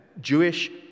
Jewish